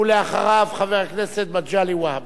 ואחריו, חבר הכנסת מגלי והבה.